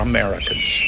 Americans